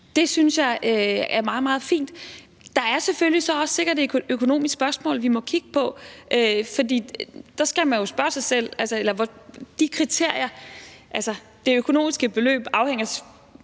Det synes jeg er meget, meget fint. Der er så selvfølgelig sikkert også et økonomisk spørgsmål, vi må kigge på. For der skal man jo spørge sig selv om det. Det økonomiske beløb – det